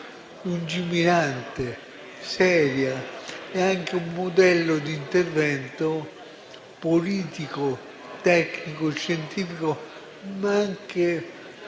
lungimirante, seria, che è anche un modello di intervento politico, tecnico, scientifico, ma anche